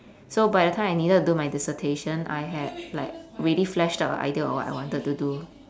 so by the time I needed to do my dissertation I had like really fleshed out a idea of what I wanted to do